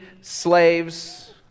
slaves